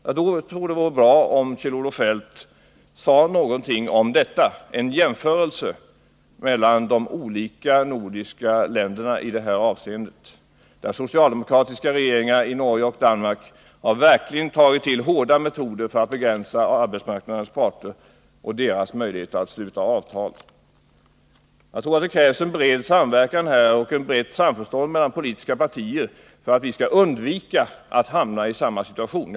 Jag tror det vore bra om Kjell-Olof Feldt ville något diskutera också detta och göra en jämförelse mellan de olika nordiska länderna i det här avseendet. De socialdemokratiska regeringarna i Norge och Danmark har verkligen tagit till hårda metoder för att begränsa möjligheterna för arbetsmarknadens parter att sluta avtal. Om vi skall undvika att hamna i samma situation som de, krävs enligt min uppfattning en bred samverkan och ett brett samförstånd mellan de politiska partierna.